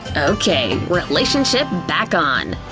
okay, relationship back on!